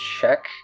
check